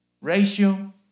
ratio